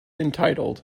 entitled